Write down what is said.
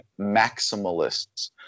maximalists